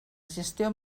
gestió